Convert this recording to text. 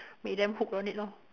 make them hooked on it lor